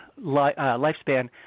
lifespan